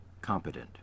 competent